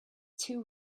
too